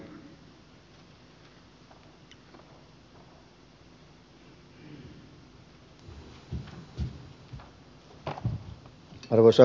arvoisa puhemies